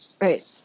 right